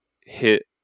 hit